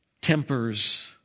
tempers